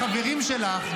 החברים שלך,